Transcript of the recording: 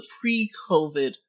pre-COVID